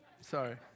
Sorry